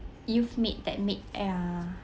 you've made that made ya